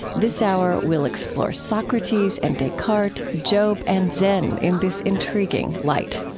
this hour, we'll explore socrates and descartes, job, and zen in this intriguing light